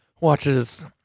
watches